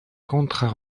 contrats